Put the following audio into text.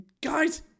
Guys